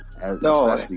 No